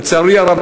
לצערי הרב,